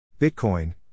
Bitcoin